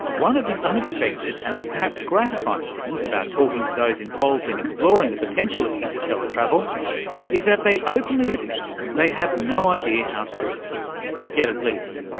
one of the unexpected and perhaps gratifying things about talking to those involved in exploring the potential of interstellar travel is that they openly admit they have no idea how to do it. not ah yet at least.